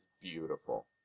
beautiful